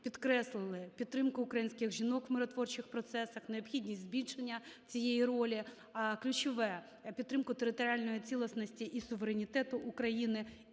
підкреслили підтримку українських жінок в миротворчих процесах, необхідність збільшення цієї ролі, ключове – підтримку територіальної цілісності і суверенітету України,